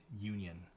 union